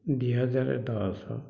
ଦୁଇ ହଜାର ଦଶ